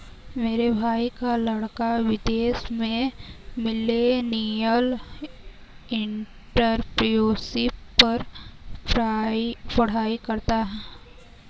मेरे भाई का लड़का विदेश में मिलेनियल एंटरप्रेन्योरशिप पर पढ़ाई कर रहा है